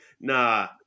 Nah